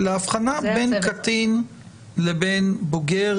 להבחנה בין קטין לבין בוגר,